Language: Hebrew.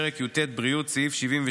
פרק י"ט, בריאות, סעיף 76,